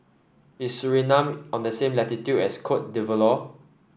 is Suriname on the same latitude as Cote d'Ivoire